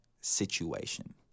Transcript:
situation